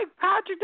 Patrick